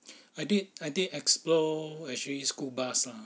I did I did explore actually school bus lah